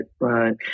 right